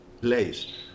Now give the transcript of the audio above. place